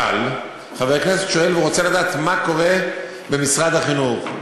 חבר הכנסת שואל ורוצה לדעת מה קורה במשרד החינוך,